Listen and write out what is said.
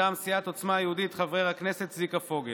מטעם סיעת עוצמה יהודית, חבר הכנסת צביקה פוגל.